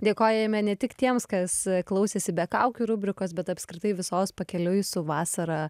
dėkojame ne tik tiems kas klausėsi be kaukių rubrikos bet apskritai visos pakeliui su vasara